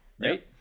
right